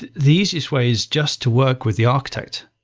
the the easiest way is just to work with the architect.